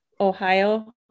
Ohio